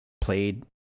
played